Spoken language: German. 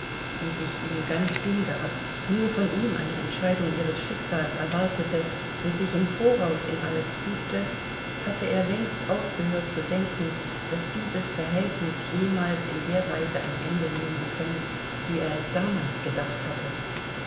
die sich ihm ganz hingab nur von ihm eine entscheidung ihres schicksals erwartete und sich im voraus in alles fügte hatte er längst aufgehört zu denken daß dieses verhältnis jemals in der weise ein ende nehmen könne wie er es damals gedacht hatte